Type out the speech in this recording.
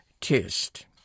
test